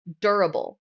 durable